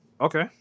Okay